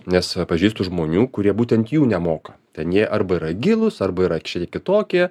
nes pažįstu žmonių kurie būtent jų nemoka ten jie arba yra gilūs arba yra šiek tiek kitokie